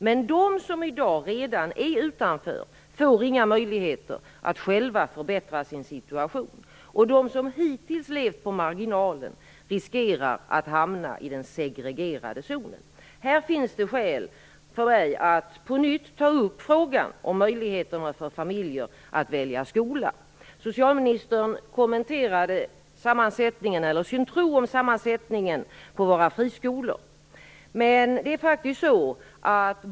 Men de som i dag redan står utanför får inga möjligheter att själva förbättra sin situation, och de som hittills levt på marginalen riskerar att hamna i den segregerade zonen. Det finns skäl för mig att här på nytt ta upp frågan om möjligheterna för familjer att välja skola. Socialministern kommenterade sin tro i fråga om sammansättningen av elever i våra friskolor.